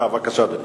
בבקשה, אדוני.